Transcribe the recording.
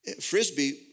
Frisbee